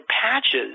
patches